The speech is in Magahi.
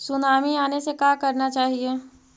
सुनामी आने से का करना चाहिए?